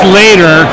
later